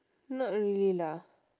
not really lah